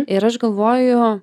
ir aš galvoju